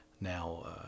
now